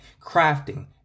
crafting